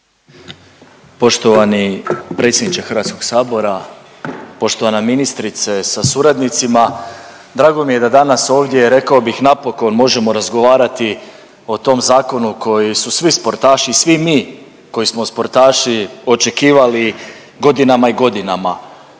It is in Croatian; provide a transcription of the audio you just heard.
Poštovani predsjedniče HS-a, poštovana ministrice sa suradnicima. Drago mi je da danas ovdje rekao bih napokon možemo razgovarati o tom zakonu koji su svi sportaši, svi mi koji smo sportaši očekivali godinama i godinama.